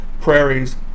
Prairies